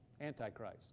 Antichrist